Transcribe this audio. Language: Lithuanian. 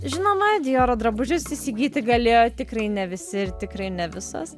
žinoma dioro drabužius įsigyti galėjo tikrai ne visi ir tikrai ne visos